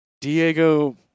Diego